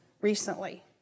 recently